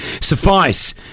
Suffice